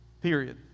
period